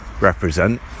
represent